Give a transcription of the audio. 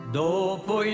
dopo